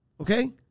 okay